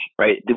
right